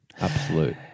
Absolute